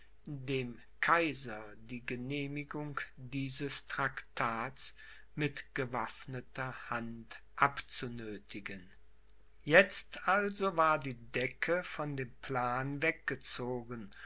dem kaiser die genehmigung dieses traktats mit gewaffneter hand abzunöthigen jetzt also war die decke von dem plan weggezogen